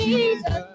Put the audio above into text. Jesus